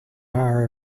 are